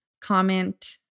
comment